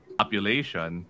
population